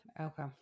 Okay